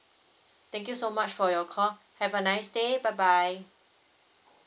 thank you so much for your call have a nice day bye bye